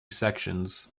sections